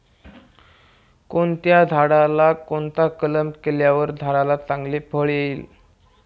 बदामाच्या झाडाला कोणता कलम केल्यावर झाडाला चांगले फळ येईल?